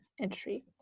entry